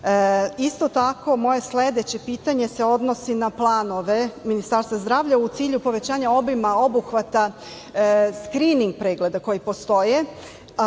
ambulanti? Moje sledeće pitanje se odnosi na planove Ministarstva zdravlja u cilju povećanja obima, obuhvata skrining pregleda koji postoje